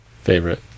favorite